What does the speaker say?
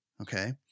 okay